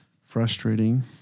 frustrating